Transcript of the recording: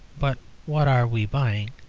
but what are we buying?